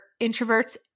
introverts